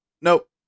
Nope